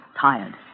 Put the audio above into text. tired